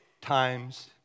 times